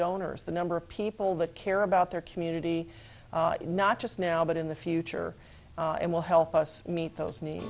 donors the number of people that care about their community not just now but in the future and will help us meet those ne